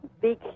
big